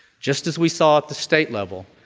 just as we saw at the state level,